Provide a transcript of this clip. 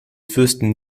fürsten